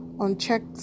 unchecked